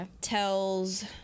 Tells